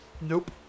Nope